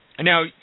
Now